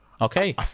Okay